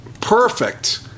perfect